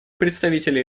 представителя